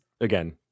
again